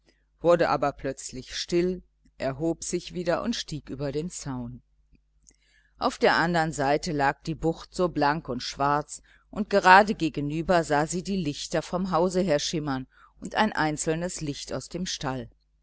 wurde aber plötzlich still erhob sich wieder und stieg über den zaun auf der andern seite lag die bucht so blank und schwarz und gerade gegenüber sah sie die lichter vom hause her schimmern und ein einzelnes licht aus dem stall